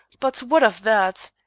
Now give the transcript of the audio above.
but what of that!